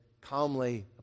calmly